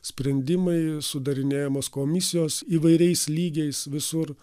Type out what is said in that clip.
sprendimai sudarinėjamos komisijos įvairiais lygiais visur